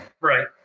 Right